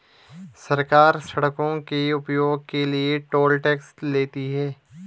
सरकार सड़कों के उपयोग के लिए टोल टैक्स लेती है